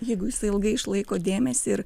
jeigu jisai ilgai išlaiko dėmesį ir